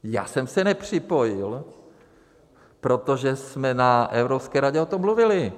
Já jsem se nepřipojil, protože jsme na Evropské radě o tom mluvili.